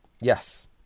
yes